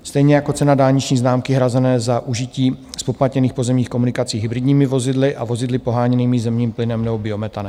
Stejně jako cena dálniční známky hrazené za užití zpoplatněných pozemních komunikací hybridními vozidly a vozidly poháněnými zemním plynem nebo biometanem.